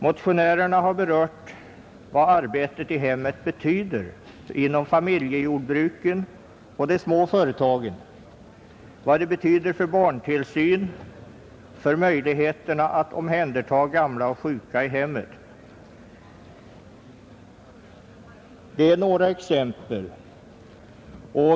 Motionärerna har berört vad arbetet i hemmet betyder inom familjejordbruken och de små företagen, vad det betyder för barntillsyn och för möjligheterna att omhänderta gamla och sjuka i hemmet. Det är bara några exempel.